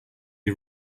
you